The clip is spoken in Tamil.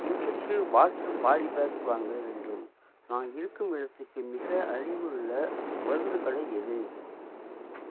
இன்ஜெக்க்ஷன் வாட்டர் பாலிபேக் வாங்க வேண்டும் நான் இருக்கும் இடத்துக்கு மிக அருகிலுள்ள மருந்துக்கடை எது